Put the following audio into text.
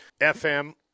FM